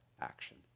action